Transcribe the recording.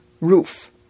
roof